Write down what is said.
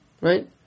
Right